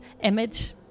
image